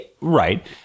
Right